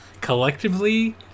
Collectively